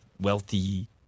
wealthy